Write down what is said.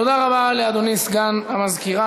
תודה רבה לאדוני סגן המזכירה.